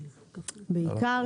בעיקר